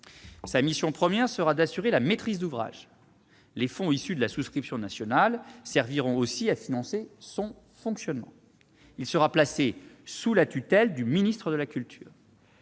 Sa mission première sera d'assurer la maîtrise d'ouvrage. Les fonds issus de la souscription nationale serviront aussi à financer son fonctionnement. Il sera placé sous la tutelle du ministère de la culture-